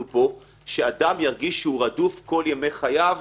אני חושב שצריך להיזהר בשימוש בנימוק הביטחוני,